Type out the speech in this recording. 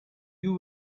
you